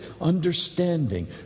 understanding